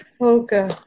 Okay